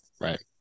Right